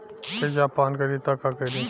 तेजाब पान करी त का करी?